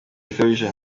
gikabije